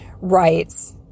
rights